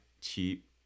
cheap